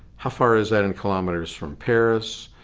how far is that in kilometers from paris?